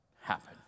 happen